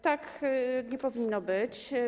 Tak nie powinno być.